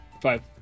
Five